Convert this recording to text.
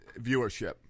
viewership